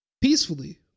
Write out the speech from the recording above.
peacefully